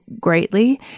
greatly